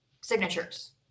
signatures